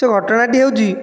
ସେ ଘଟଣାଟି ହେଉଛି